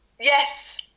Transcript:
Yes